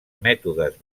mètodes